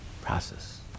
process